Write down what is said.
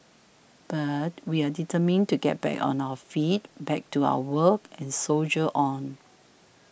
but we are determined to get back on our feet back to our work and soldier on